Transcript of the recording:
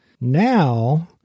Now